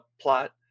plot